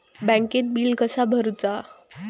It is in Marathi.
बँकेत बिल कसा भरुचा?